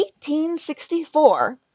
1864